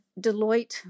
Deloitte